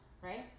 right